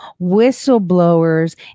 whistleblowers